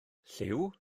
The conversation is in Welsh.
lliw